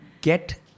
get